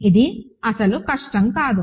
ఇది అసలు కష్టం కాదు